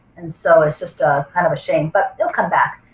and so it's just kind of a shame but they'll come back.